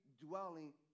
dwelling